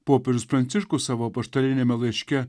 popiežius pranciškus savo apaštaliniame laiške